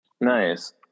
Nice